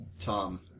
Tom